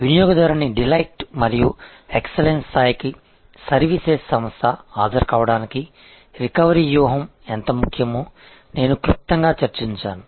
వినియోగదారుని డిలైట్ మరియు ఎక్స్లెన్స్ స్థాయికి సర్వీసెస్ సంస్థ హాజరు కావడానికి రికవరీ వ్యూహం ఎంత ముఖ్యమో నేను క్లుప్తంగా చర్చించాను